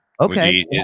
Okay